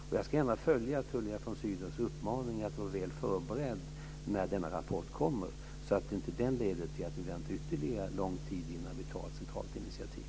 Och jag ska gärna följa Tullia von Sydows uppmaning att vara väl förberedd när denna rapport kommer, så att den inte leder till att vi väntar ytterligare lång tid innan vi tar ett centralt initiativ.